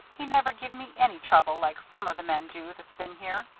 he never give me any trouble like some of the men do that's been here.